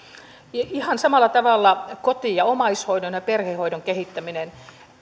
ihan samalla tavalla koti ja omaishoidon ja perhehoidon kehittäminen